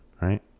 right